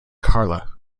carla